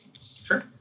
Sure